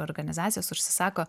organizacijos užsisako